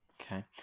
Okay